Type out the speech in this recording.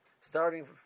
Starting